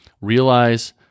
Realize